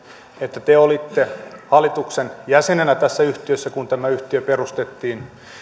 että te olitte hallituksen jäsenenä tässä yhtiössä kun tämä yhtiö perustettiin